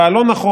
פעל לא נכון?